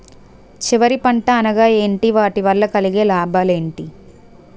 చివరి పంట అనగా ఏంటి వాటి వల్ల కలిగే లాభాలు ఏంటి